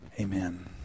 amen